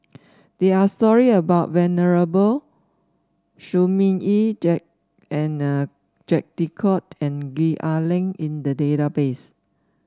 there are stories about Venerable Shi Ming Yi Jacques De Coutre and Gwee Ah Leng in the database